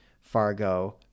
Fargo